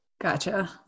gotcha